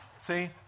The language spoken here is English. See